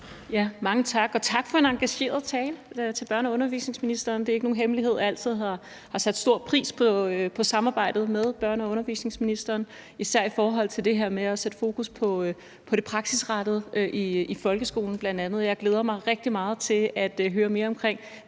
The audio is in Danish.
Mange tak, og tak til børne- og undervisningsministeren for en engageret tale. Det er ikke nogen hemmelighed, at jeg altid har sat stor pris på samarbejdet med børne- og undervisningsministeren, især i forhold til det her med at sætte fokus på det praksisrettede i bl.a. folkeskolen. Jeg glæder mig rigtig meget til at høre mere om,